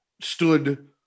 stood